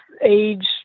age